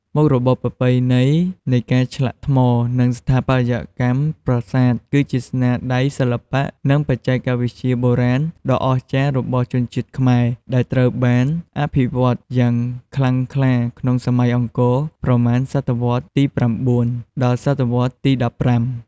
មុខរបរប្រពៃណីនៃការឆ្លាក់ថ្ម និងស្ថាបត្យកម្មប្រាសាទ គឺជាស្នាដៃសិល្បៈ និងបច្ចេកវិទ្យាបុរាណដ៏អស្ចារ្យរបស់ជនជាតិខ្មែរ ដែលត្រូវបានអភិវឌ្ឍយ៉ាងខ្លាំងក្លាក្នុងសម័យអង្គរ ប្រមាណសតវត្សរ៍ទី៩ ដល់សតវត្សរ៍ទី១៥។